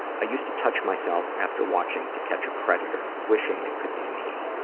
i used to touch myself after watching to catch a predator, wishing it could be me.